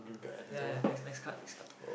ya ya next next card next card